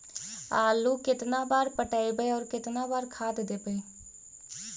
आलू केतना बार पटइबै और केतना बार खाद देबै?